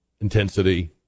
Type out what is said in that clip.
intensity